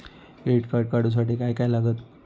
Credit card काढूसाठी काय काय लागत?